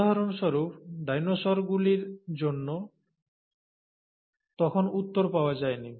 উদাহরণস্বরূপ ডাইনোসরগুলির জন্য তখন উত্তর পাওয়া যায় নি